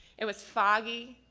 it was foggy,